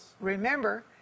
remember